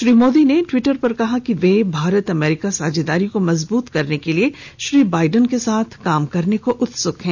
श्री मोदी ने ट्विटर पर कहा कि वे भारत अमेरिका साझेदारी को मजबूत करने के लिए श्री बाइडेन के साथ काम करने को उत्सुक हैं